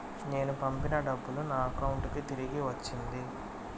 నేను పంపిన డబ్బులు నా అకౌంటు కి తిరిగి వచ్చింది